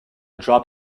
drop